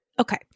Okay